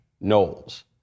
Knowles